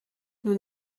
nous